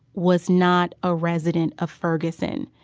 was not a resident of ferguson.